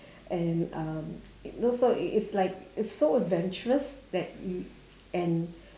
and um no so it it's like it's so adventurous that y~ and